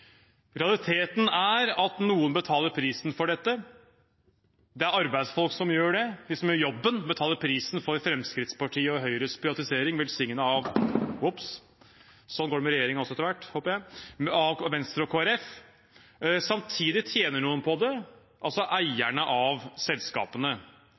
Realiteten er at noen betaler prisen for dette. Det er arbeidsfolk som gjør det. De som gjør jobben, betaler prisen for Fremskrittspartiet og Høyres privatisering velsignet av Venstre og Kristelig Folkeparti. Samtidig tjener noen på det, altså eierne av